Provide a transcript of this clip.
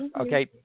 Okay